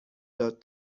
داد